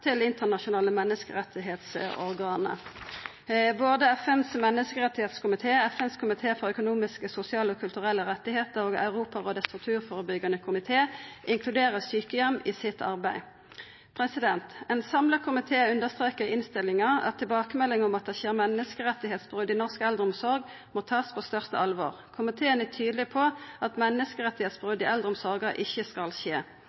til internasjonale menneskerettsorgan. Både FNs menneskerettskomité, FNs komité for økonomiske, sosiale og kulturelle rettar og Europarådets torturforebyggjande komité inkluderer sjukeheimar i sitt arbeid. Ein samla komité understrekar i innstillinga at tilbakemeldingane om at det skjer brot på menneskerettane i norsk eldreomsorg, må ein ta på største alvor. Komiteen er tydeleg på at brot på menneskerettane i eldreomsorga ikkje skal skje.